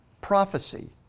prophecy